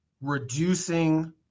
reducing